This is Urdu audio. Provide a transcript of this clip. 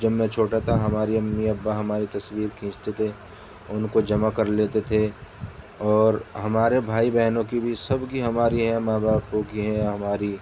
جب میں چھوٹا تھا ہماری امی ابا ہماری تصویر کھینچتے تھے ان کو جمع کر لیتے تھے اور ہمارے بھائی بہنوں کی بھی سب کی ہماری ہیں ماں باپو کی ہیں ہماری